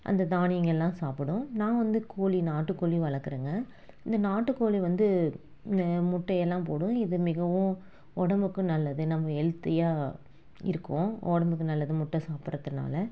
அந்த தானியங்களெல்லாம் சாப்பிடும் நான் வந்து கோழி நாட்டுக்கோழி வளர்க்குறேன்ங்க இந்த நாட்டுக்கோழி வந்து முட்டையெல்லாம் போடும் மிகவும் உடம்புக்கு நல்லது நம்ம ஹெல்தியாக இருக்கும் உடம்புக்கு நல்லது முட்டை சாப்பிட்றதுனால